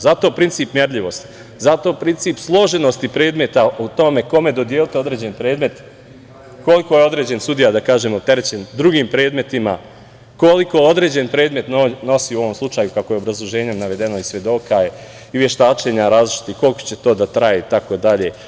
Zato princip merljivosti, zato princip složenosti predmet o tome kome dodeliti određeni predmet, koliko je određeni sudija, da kažemo, opterećen drugim predmetima, koliko određeni predmet nosi u ovom slučaju, kako je obrazloženjem navedeno, svedoka i veštačenja različitih i koliko će to da traje itd.